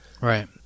Right